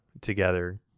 together